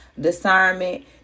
discernment